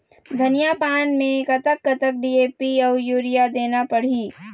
धनिया पान मे कतक कतक डी.ए.पी अऊ यूरिया देना पड़ही?